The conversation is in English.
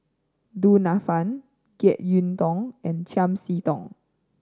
Du Nanfa Jek Yeun Thong and Chiam See Tong